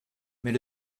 mais